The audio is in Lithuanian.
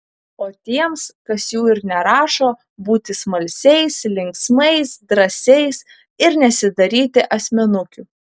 o tiems kas jų ir nerašo būti smalsiais linksmais drąsiais ir nesidaryti asmenukių